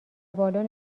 بالن